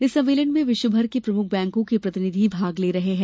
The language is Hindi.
इस सम्मेालन में विश्व भर के प्रमुख बैंकों के प्रतिनिधि भाग ले रहे हैं